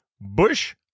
Bush